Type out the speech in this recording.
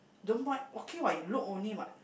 don't buy okay what you look only what